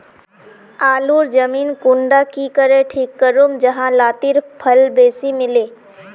आलूर जमीन कुंडा की करे ठीक करूम जाहा लात्तिर फल बेसी मिले?